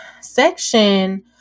section